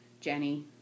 Jenny